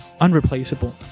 unreplaceable